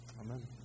Amen